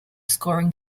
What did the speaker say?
scoring